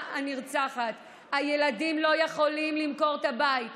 הנרצחת והילדים לא יכולים למכור את הבית,